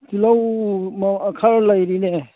ꯇꯤꯜꯍꯧ ꯈꯔ ꯂꯩꯔꯤꯅꯦ